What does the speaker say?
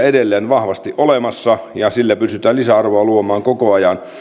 edelleen vahvasti olemassa ja sillä pystytään lisäarvoa luomaan koko ajan